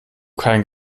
kein